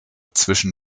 zwischen